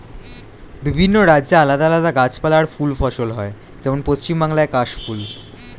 বিভিন্ন রাজ্যে আলাদা আলাদা গাছপালা আর ফুল ফসল হয়, যেমন পশ্চিম বাংলায় কাশ ফুল